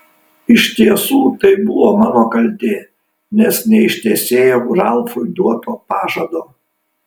iš tiesų tai buvo mano kaltė nes neištesėjau ralfui duoto pažado